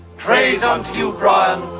praise unto you, brian,